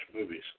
movies